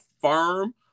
firm